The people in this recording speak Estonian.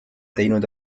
teinud